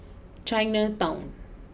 Chinatown